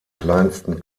kleinsten